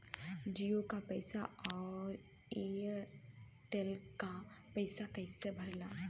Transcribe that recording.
जीओ का पैसा और एयर तेलका पैसा कैसे भराला?